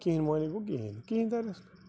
کِہیٖنٛۍ مَعانے گوٚو کِہیٖنٛۍ کہیٖنۍ تَریس نہٕ